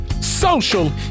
social